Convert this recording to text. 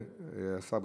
השר,